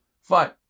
fine